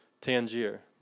Tangier